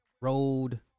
road